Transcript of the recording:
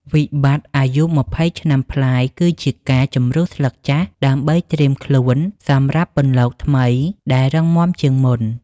វិបត្តិអាយុ២០ឆ្នាំប្លាយគឺជាការ "ជម្រុះស្លឹកចាស់" ដើម្បីត្រៀមខ្លួនសម្រាប់ "ពន្លកថ្មី" ដែលរឹងមាំជាងមុន។